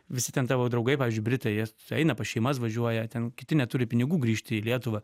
visi ten tavo draugai pavyzdžiui britai jie eina pas šeimas važiuoja ten kiti neturi pinigų grįžti į lietuvą